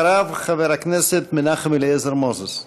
אחריו, חבר הכנסת מנחם אליעזר מוזס.